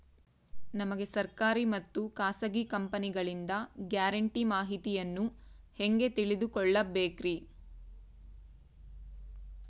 ನಮಗೆ ಸರ್ಕಾರಿ ಮತ್ತು ಖಾಸಗಿ ಕಂಪನಿಗಳಿಂದ ಗ್ಯಾರಂಟಿ ಮಾಹಿತಿಯನ್ನು ಹೆಂಗೆ ತಿಳಿದುಕೊಳ್ಳಬೇಕ್ರಿ?